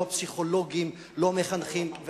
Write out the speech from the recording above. לא הפסיכולוגים ולא המחנכים.